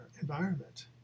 environment